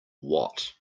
what